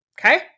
Okay